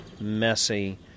messy